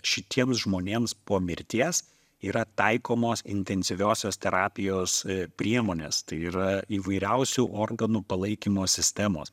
šitiems žmonėms po mirties yra taikomos intensyviosios terapijos priemonės tai yra įvairiausių organų palaikymo sistemos